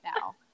now